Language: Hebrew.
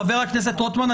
חבר הכנסת רוטמן,